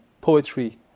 poetry